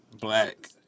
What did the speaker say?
Black